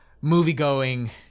movie-going